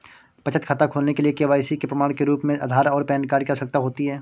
बचत खाता खोलने के लिए के.वाई.सी के प्रमाण के रूप में आधार और पैन कार्ड की आवश्यकता होती है